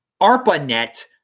ARPANET